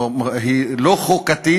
היא לא חוקתית.